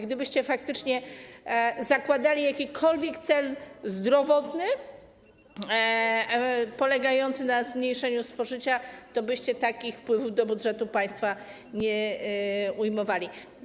Gdybyście faktycznie zakładali jakikolwiek cel zdrowotny polegający na zmniejszeniu spożycia, tobyście takich wpływów do budżetu państwa nie ujmowali.